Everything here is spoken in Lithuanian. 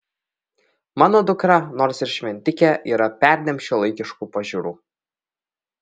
mano dukra nors ir šventikė yra perdėm šiuolaikiškų pažiūrų